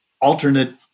alternate